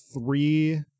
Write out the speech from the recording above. three